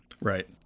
Right